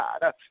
God